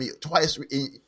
twice